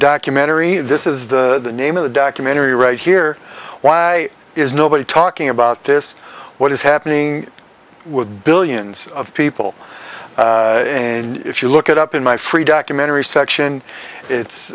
documentary this is the name of the documentary right here why is nobody talking about this what is happening with billions of people and if you look it up in my free documentary section